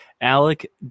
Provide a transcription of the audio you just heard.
Alec